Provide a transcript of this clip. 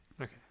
okay